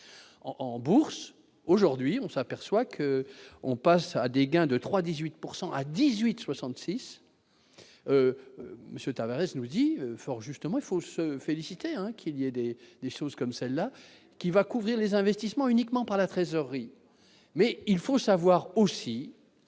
en Bourse. Aujourd'hui, on s'aperçoit qu'on passe à des gains de 3 18 pourcent à à 18 66 monsieur Tavarès nous dit fort justement, il faut se féliciter, hein, qu'il y a des des choses comme celles-là qui va couvrir les investissements uniquement par la trésorerie, mais il faut savoir aussi